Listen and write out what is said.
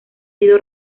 sido